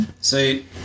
See